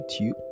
youtube